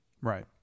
Right